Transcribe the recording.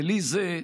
בלי זה,